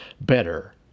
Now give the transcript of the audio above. Better